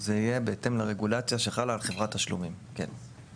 זה יהיה בהתאם לרגולציה שחלה על חברת תשלומים, כן.